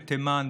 בתימן,